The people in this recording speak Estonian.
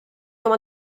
oma